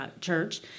church